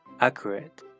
accurate